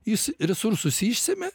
jis resursus išsemia